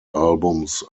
albums